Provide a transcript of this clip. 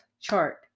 chart